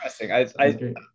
Interesting